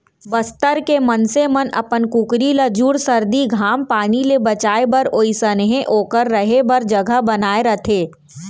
बस्तर के मनसे मन अपन कुकरी ल जूड़ सरदी, घाम पानी ले बचाए बर ओइसनहे ओकर रहें बर जघा बनाए रथें